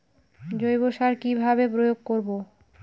জৈব সার কি ভাবে প্রয়োগ করব?